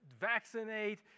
vaccinate